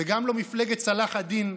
וגם לא מפלגת צלאח א-דין,